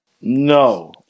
No